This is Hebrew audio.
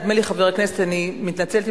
נדמה לי,